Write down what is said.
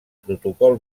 protocol